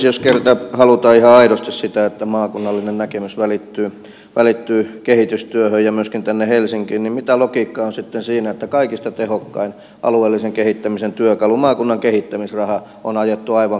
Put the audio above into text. jos kerta halutaan ihan aidosti sitä että maakunnallinen näkemys välittyy kehitystyöhön ja myöskin tänne helsinkiin niin mitä logiikkaa on sitten siinä että kaikista tehokkain alueellisen kehittämisen työkalu maakunnan kehittämisraha on ajettu aivan minimiin